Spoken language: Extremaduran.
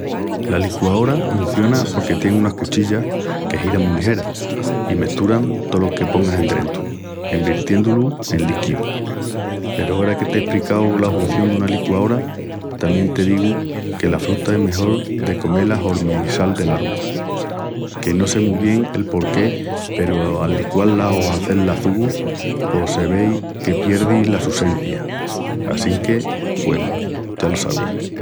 La licuaora hunciona porque tien unas cuchillas que giran mu ligeras i mesturan tolo que pongas endrentu, envirtiendu-lu en líquiu. Peru ara que t'espricau la hunción duna licuaora tamién te digu que la fruta es mejol de comé-la hormi sal del arvu, que no sé mu bien el por qué peru al licuá-las o hazé-las çugu pos se vei que pierdi la su sencia, assinque, güenu, ya lo sabis.